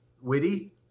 witty